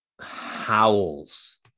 howls